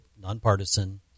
nonpartisan